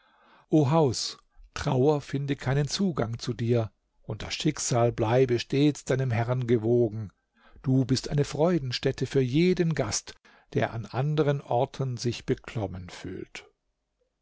haus trauer finde keinen zugang zu dir und das schicksal bleibe stets deinem herrn gewogen du bist eine freudenstätte für jeden gast der an anderen orten sich beklommen fühlt